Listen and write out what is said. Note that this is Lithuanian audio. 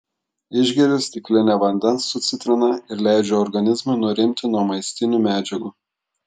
išgeriu stiklinę vandens su citrina ir leidžiu organizmui nurimti nuo maistinių medžiagų